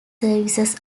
services